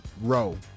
Row